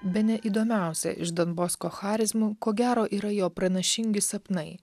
bene įdomiausia iš don bosko charizmų ko gero yra jo pranašingi sapnai